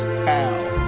pal